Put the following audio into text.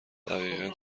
دقیقا